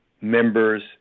Members